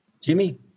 Jimmy